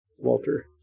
Walter